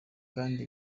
kandi